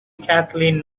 kathleen